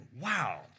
Wow